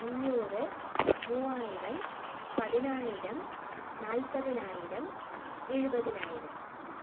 അഞ്ഞൂറ് മൂവായിരം പതിനായിരം നാൽപ്പതിനായിരം എഴുപതിനായിരം